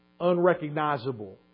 unrecognizable